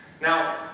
Now